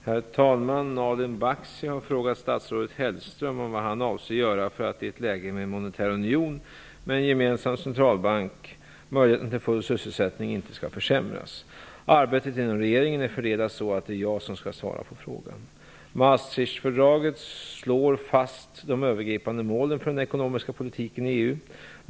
Herr talman! Nalin Baksi har frågat statsrådet Mats Hellström om vad han avser göra för att i ett läge med en monetär union med en gemensam centralbank möjligheten till full sysselsättning inte skall försämras. Arbetet inom regeringen är fördelat så att det är jag som skall svara på frågan. Maastrichtfördraget slår fast de övergripande målen för den ekonomiska politiken i EU.